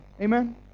Amen